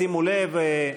שימו לב,